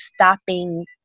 stopping